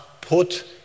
put